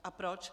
A proč?